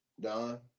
Don